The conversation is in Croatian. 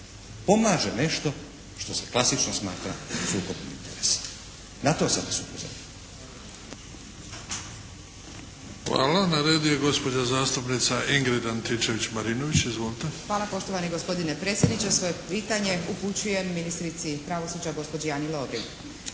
pomaže nešto što se klasično smatra sukob interesa, na to sam vas upozorio.